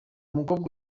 umukobwa